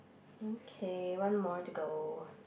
okay one more to go